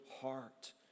heart